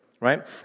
right